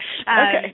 Okay